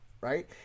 right